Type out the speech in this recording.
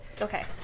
Okay